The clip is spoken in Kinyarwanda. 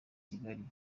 kigali